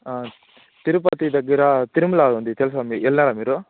తిరుపతి దగ్గర తిరుమల ఉంది తెలుసా మీ వెళ్ళారా మీరు